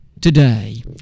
Today